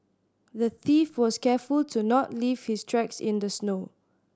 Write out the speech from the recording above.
the thief was careful to not leave his tracks in the snow